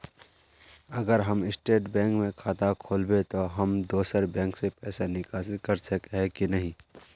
अगर हम State Bank में खाता खोलबे तो हम दोसर बैंक से पैसा निकासी कर सके ही की नहीं?